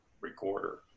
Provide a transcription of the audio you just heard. recorder